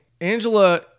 Angela